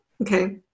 Okay